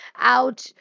out